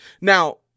Now